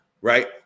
right